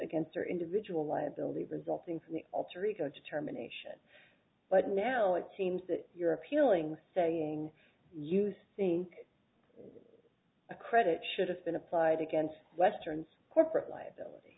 against sir individual liability resulting from the alter ego determination but now it seems that you're appealing saying you seeing a credit should have been applied against western corporate li